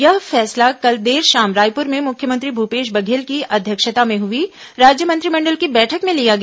यह फैसला कल देर शाम रायपुर में मुख्यमंत्री भूपेश बघेल की अध्यक्षता में हुई राज्य मंत्रिमंडल की बैठक में लिया गया